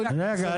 רגע,